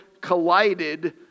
collided